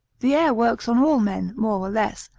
the air works on all men, more or less,